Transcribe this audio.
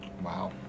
Wow